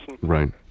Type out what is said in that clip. Right